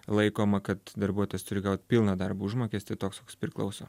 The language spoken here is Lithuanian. laikoma kad darbuotojas turi gaut pilną darbo užmokestį toks koks priklauso